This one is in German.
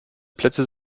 plätze